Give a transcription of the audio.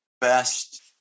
best